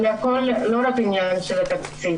אבל לא הכל זה עניין של תקציב,